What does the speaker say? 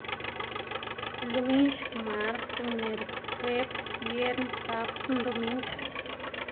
lunx mart mierk juebs biern sabd ndoming